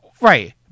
Right